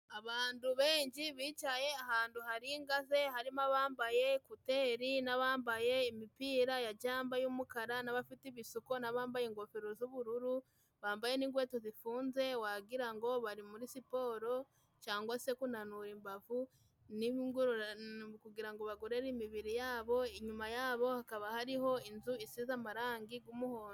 Abandu benshi bicaye ahandu hari ingaze. Harimo abambaye ekuteri, n'abambaye imipira ya jamba y'umukara, n'abafite ibisuko n'abambaye ingofero z'ubururu, bambaye n'ingweto zifunze. Wagira ngo bari muri siporo cyangwa se kunanura imbavu. Ni ukugira ngo bagorere imibiri yabo. Inyuma yabo hakaba hariho inzu isize amarangi g'umuhondo. umuhondo.